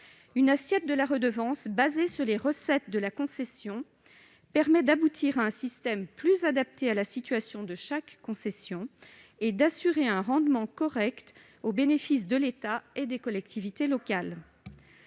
Une assiette de la redevance basée sur les recettes de la concession permet d'aboutir à un système plus adapté à la situation de chaque concession et d'assurer un rendement correct au bénéfice de l'État et des collectivités locales.